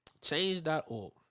Change.org